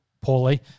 poorly